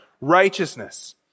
righteousness